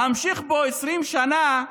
להמשיך בו 20 שנה?